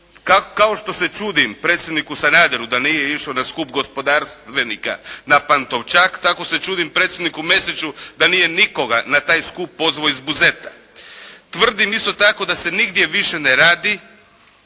Kao što se čudim predsjedniku Sanaderu da nije išao na Skup gospodarstvenika na Pantovčak, tako se čudim predsjedniku Mesiću da nije nikoga na taj skup pozvao iz Buzeta. Tvrdim isto tako da se nigdje više ne radi,